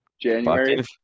January